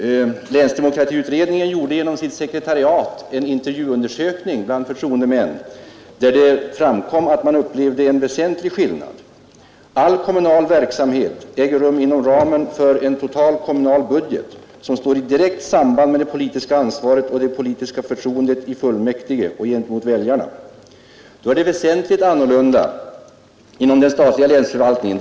Länsdemokratiutredningen gjorde genom sitt sekretariat en intervjuundersökning bland förtroendemän, varvid framkom att man upplevde en väsentlig skillnad. All kommunal verksamhet äger rum inom ramen för en total kommunal budget, som står i direkt samband med det politiska ansvaret gentemot väljarna och det politiska förtroendet i fullmäktige. Då är det väsentligt annorlunda inom den statliga länsförvaltningen.